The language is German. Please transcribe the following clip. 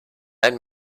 ein